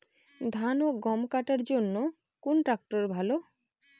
ধান ও গম কাটার জন্য কোন ট্র্যাক্টর ভালো?